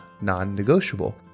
non-negotiable